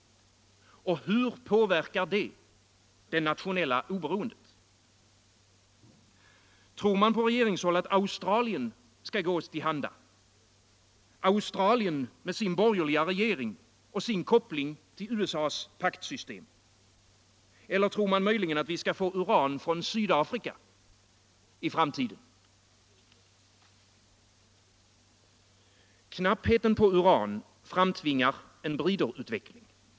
Och hur påverkar det det nationella oberoendet? Tror man på regeringshåll att Australien skall gå oss till handa — Australien med sin borgerliga regering och sin Energihushållningkoppling till USA:s paktsystem? Eller tror man möjligen att vi skall få en, m.m. uran från Sydafrika i framtiden? Knappheten på uran framtvingar en briderutveckling.